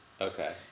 Okay